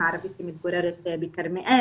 הערבית שמתגוררת בכרמיאל.